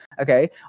Okay